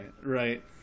Right